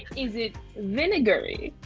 is it vinegary?